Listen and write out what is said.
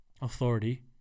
authority